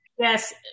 Yes